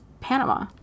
Panama